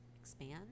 expand